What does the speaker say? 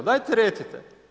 Dajte recite.